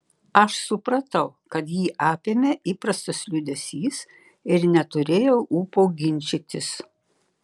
aš supratau kad jį apėmė įprastas liūdesys ir neturėjau ūpo ginčytis